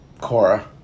Cora